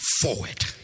forward